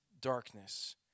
darkness